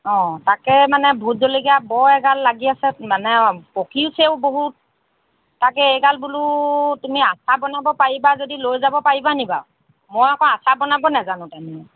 অ তাকে মানে ভোট জলকীয়া বৰ এগাল লাগি আছে মানে পকিছেও বহুত তাকে এইগাল বোলো তুমি আচাৰ বনাব পাৰিবা যদি লৈ যাব পাৰিবা নেকি বাৰু মই আকৌ আচাৰ বনাব নাজানোঁ তেনেকৈ